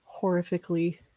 horrifically